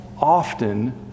often